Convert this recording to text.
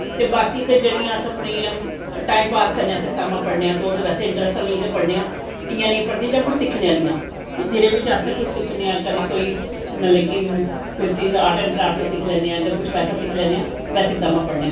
ते बाकी ते जेह्ड़ियां अस अपनियां टाईम पास करनैं आस्तै कताबां पड़नें आं ते ओह् ते बैसे इंट्रस्ट आह्लियां गै पढ़नें ऐ इयां नेंई पढ़नें कुश सिक्खनें आह्लियां ते जेह्ड़े बी अस कुदै सिक्खनें आं जियां कोई चीज़ मतलव कि आर्ट ऐंड़ क्राफ्ट दा सिक्खी लैन्ने आं कुश बैसा सिक्खी लैन्ने आं कुश बैसा पढ़ी लैन्ने आं